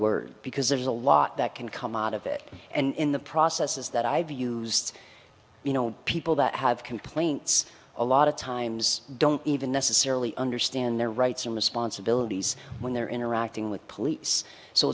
word because there's a lot that can come out of it and in the processes that i've used you know people that have complaints a lot of times don't even necessarily understand their rights and responsibilities when they're interacting with police so